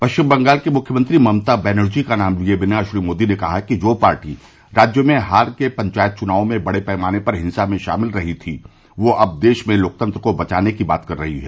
पश्चिम बंगाल की मुख्यमंत्री ममता बनर्जी का नाम लिए बिना श्री मोदी ने कहा कि जो पार्टी राज्य में हाल के पंचायत चुनावों में बड़े पैमाने पर हिंसा में शामिल रही थी वह अब देश में लोकतंत्र को बचाने की बात कर रही है